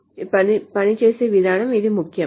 కాబట్టి అది పని చేసే విధానం ఇది ముఖ్యం